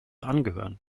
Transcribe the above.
angehören